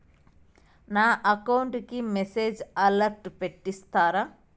నా అకౌంట్ కి message alert పెట్టిస్తారా